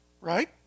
right